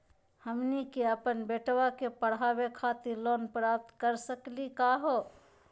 हमनी के अपन बेटवा क पढावे खातिर लोन प्राप्त कर सकली का हो?